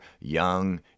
young